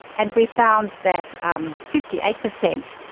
and we found that um fifty eight percent,